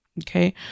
Okay